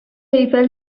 ایفل